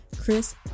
Chris